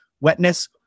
wetness